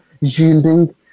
yielding